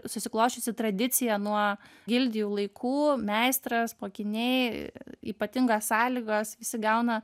susiklosčiusi tradicija nuo gildijų laikų meistras mokiniai ypatingos sąlygos visi gauna